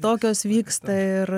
tokios vyksta ir